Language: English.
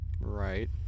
Right